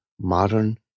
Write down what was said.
modern